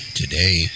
today